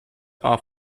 are